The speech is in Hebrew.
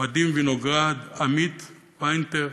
ודים וינוגרדוב, עמית וינטר,